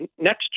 next